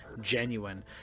genuine